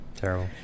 Terrible